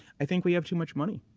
i think we have too much money.